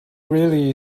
really